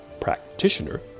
practitioner